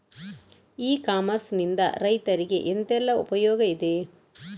E commerce ನಿಂದ ರೈತರಿಗೆ ಎಂತೆಲ್ಲ ಉಪಯೋಗ ಇದೆ?